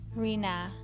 rina